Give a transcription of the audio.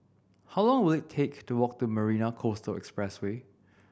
how long will it take to walk to Marina Coastal Expressway